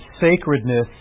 sacredness